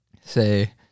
say